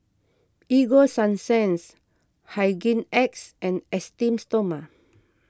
Ego Sunsense Hygin X and Esteem Stoma